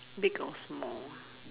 big or small